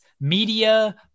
media